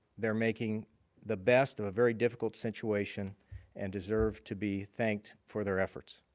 they're making the best of a very difficult situation and deserve to be thanked for their efforts.